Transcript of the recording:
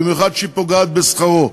במיוחד כשהיא פוגעת בשכרו,